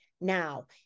Now